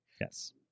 Yes